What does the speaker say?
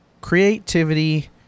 creativity